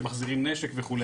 כשמחזירים נשק וכו'.